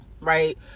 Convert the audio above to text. right